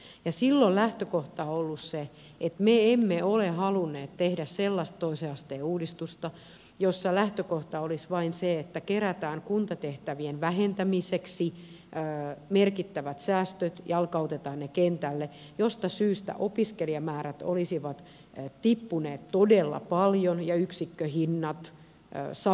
silloin lähtökohta on ollut se että me emme ole halunneet tehdä sellaista toisen asteen uudistusta jossa lähtökohta olisi vain se että kerätään kuntatehtävien vähentämiseksi merkittävät säästöt ja jalkautetaan ne kentälle josta syystä opiskelijamäärät olisivat tippuneet todella paljon ja yksikköhinnat samalla tavalla laskeneet